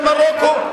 למרוקו,